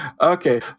Okay